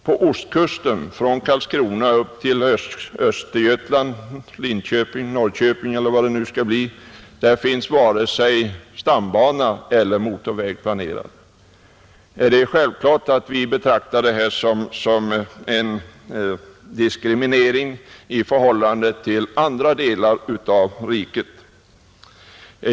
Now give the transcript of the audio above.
På ostkusten från Karlskrona upp till Östergötland — Linköping eller Norrköping eller vad det skall bli — finns varken stambana eller motorväg planerad. Det är självklart att vi betraktar det här som en diskriminering i förhållande till andra delar av riket.